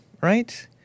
right